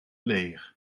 leger